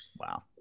Wow